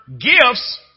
gifts